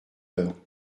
heure